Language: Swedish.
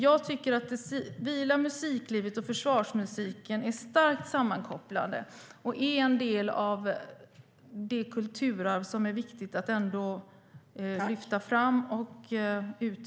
Jag tycker att det civila musiklivet och försvarsmusiken är starkt sammankopplade och är en del av det kulturarv som är viktigt att lyfta fram, utveckla och bevara.